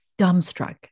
dumbstruck